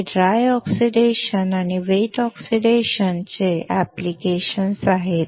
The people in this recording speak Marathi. हे ड्राय ऑक्सिडेशन आणि वेट ऑक्सिडेशन चे अनुप्रयोग आहेत